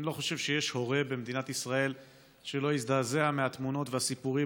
אני לא חושב שיש הורה במדינת ישראל שלא הזדעזע מהתמונות והסיפורים